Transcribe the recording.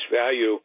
value